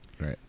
Right